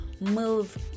move